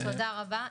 תודה רבה.